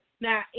Now